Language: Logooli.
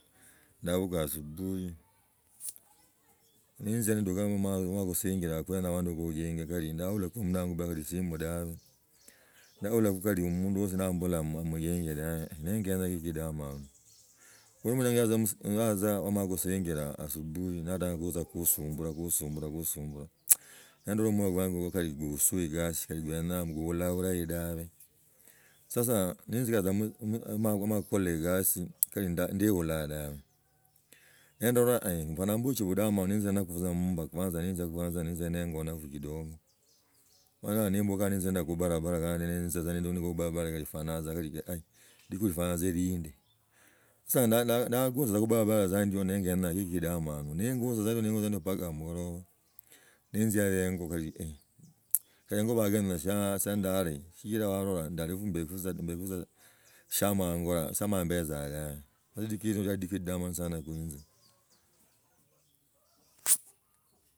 Ndebuga asubuhi ninzia niduka magusingila kwene yaho kuginya kali ndaulako mundu naakubilika esimu dage ndaulako gandi mundu osi habolaaa amuginde dabi nengenye ki kidamanu, ndalaa tza akhumala kuzingila asubuhi natagaku tza kuhusimbili gusumbula, gusumbula ni ndola imwoyo kwanza gali gusuye gasi gwine mbuula bulahi dabe. Sasa ninzia wa khumala khukola egasi, kali ndiibulaa dabe, nendola nyona mbu chi budamanu njendaku tza mumba kwanza ninzia ningonakho kidogo abweni hao nimbuka ninzendaku khubarabara kondi niinza tsa kubarabara kalifwana tza gali, lidukhu lifwunaa tza lindi, tsa naguza gubarabara tza ndio negendo negi kidamanu nengiza nenguza mbaka akolaba, nenzia engo gali engo bogindasia si ndalie shikila wandola ndaliko mbenki shama angu yaho itse mala ambetzo eena, sa liduka hilyo liabihe lidiko libii khuise.